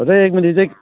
र' एक मिनिट दे